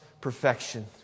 perfection